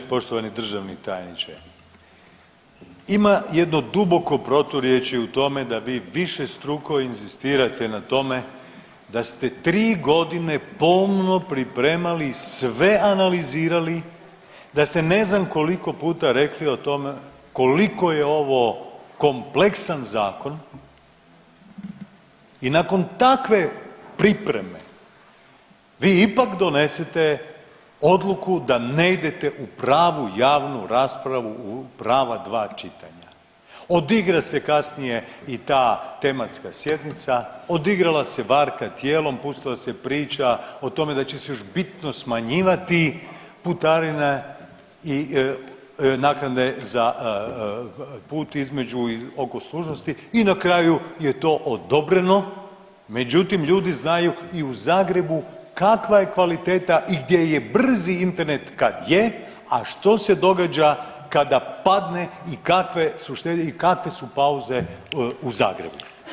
Poštovani državni tajniče, ima jedno duboko proturječje u tome da vi višestruko inzistirate na tome da ste 3.g. pomno pripremali i sve analizirali, da ste ne znam koliko puta rekli o tome koliko je ovo kompleksan zakon i nakon takve pripreme vi ipak donesete odluku da ne idete u pravu javnu raspravu u prava dva čitanja, odigra se kasnije i ta tematska sjednica, odigrala se varka tijelom pošto se priča o tome da će se još bitno smanjivati putarine i naknade za put između, oko služnosti i na kraju je to odobreno, međutim ljudi znaju i u Zagrebu kakva je kvaliteta i gdje je brzi Internet kad je, a što se događa kada padne i kakve su štete i kakve su pauze u Zagrebu.